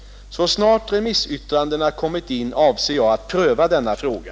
Så snart remissyttrandena kommit in avser jag att pröva denna fråga.